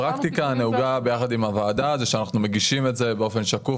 הפרקטיקה הנהוגה ביחד עם הוועדה היא שאנחנו מגישים את זה באופן שקוף